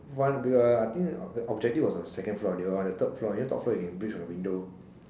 one uh I think the objective was on the second floor they were on the third floor you know top floor you can breach from the window